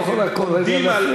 אבל את לא יכולה כל רגע להפריע.